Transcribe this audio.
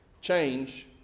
change